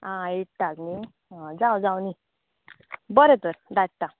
आ एटथाक न्ही अ जावं जावंनी बरें तर धाडटा